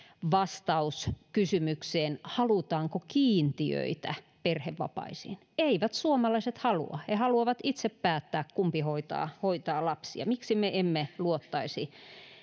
vastaus kysymykseen halutaanko kiintiöitä perhevapaisiin eivät suomalaiset halua he haluavat itse päättää kumpi hoitaa hoitaa lapsia miksi me emme luottaisi